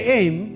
aim